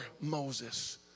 Moses